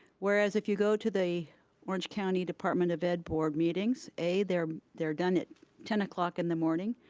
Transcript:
whereas, if you go to the orange county department of ed board meetings, a, they're they're done at ten o'clock in the morning,